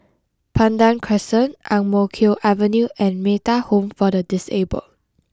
Pandan Crescent Ang Mo Kio Avenue and Metta Home for the disabled